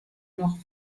noch